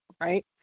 right